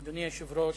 אדוני היושב-ראש,